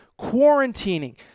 quarantining